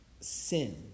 sin